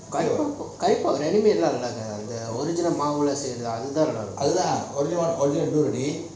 ready made original மாவுல செய்றது தான் நல்ல இருக்கும்:maavula seirathu thaan nalla irukum